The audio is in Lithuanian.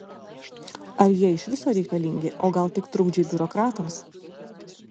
ar jie iš viso reikalingi o gal tik trukdžiai biurokratams